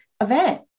event